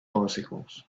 bicycles